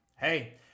hey